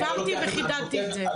הבהרתי וחידדתי את זה.